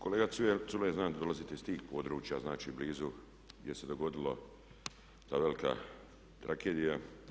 Kolega Culej, znam da dolazite iz tih područja, znači blizu gdje se dogodila ta velika tragedija.